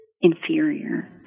inferior